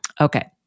Okay